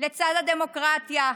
לצד הדמוקרטיה,